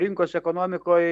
rinkos ekonomikoj